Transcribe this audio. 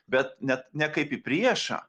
bet net ne kaip į priešą